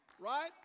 right